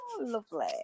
lovely